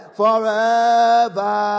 forever